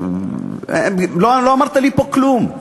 לא אמרת לי פה כלום.